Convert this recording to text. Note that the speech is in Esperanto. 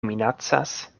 minacas